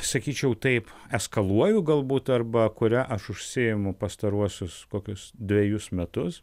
sakyčiau taip eskaluoju galbūt arba kuria aš užsiimu pastaruosius kokius dvejus metus